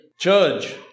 Judge